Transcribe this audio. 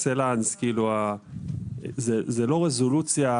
אבל אני חייב להתייחס לדברים שנאמרו על ידי דן אורן כי זה בנפשנו.